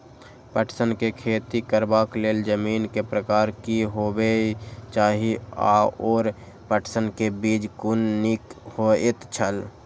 पटसन के खेती करबाक लेल जमीन के प्रकार की होबेय चाही आओर पटसन के बीज कुन निक होऐत छल?